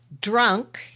Drunk